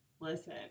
listen